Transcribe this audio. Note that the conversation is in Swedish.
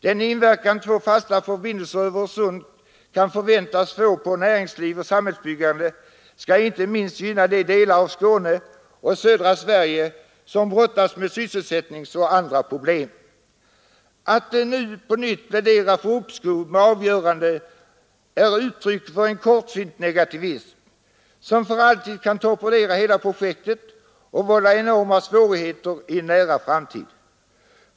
Den inverkan två fasta förbindelser över Öresund kan förväntas få på näringsliv och samhällsbyggande ska inte minst gynna de delar av Skåne och södra Sverige, som brottas med sysselsättningsoch andra problem. Att nu på nytt plädera för uppskov med avgörandet är uttryck för en kortsynt negativism, som för alltid kan torpedera hela projektet och vålla enorma svårigheter i en nära framtid.